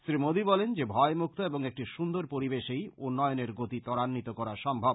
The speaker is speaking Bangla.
শ্রী মোদী বলেন যে ভয়মুক্ত এবং একটি সুন্দর পরিবেশেই উন্নয়নের গতি তরান্বিত করা সম্ভব